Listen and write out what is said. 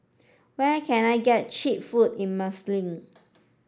where can I get cheap food in Minsk